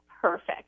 perfect